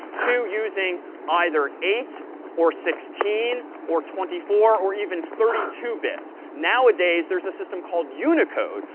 to using either eight or sixteen or twenty four or even thirty two. bits nowadays there's a system called unicode,